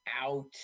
out